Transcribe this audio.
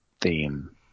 theme